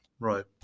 Right